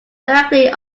directly